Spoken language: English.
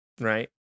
right